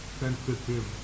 sensitive